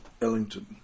Ellington